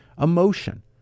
Emotion